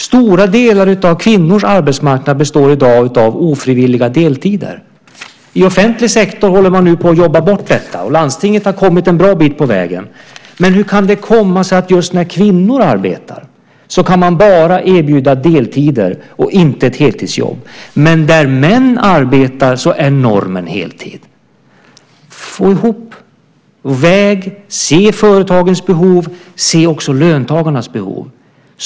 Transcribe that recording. Stora delar av kvinnors arbetsmarknad består i dag av ofrivilliga deltider. I offentlig sektor håller man nu på att jobba bort detta, och landstingen har kommit en bra bit på vägen. Hur kan det komma sig att när just kvinnor arbetar kan man bara erbjuda deltid och inte ett heltidsjobb, medan normen när män arbetar är heltid? Få ihop och väg samman detta: Se företagens behov, se också löntagarnas behov!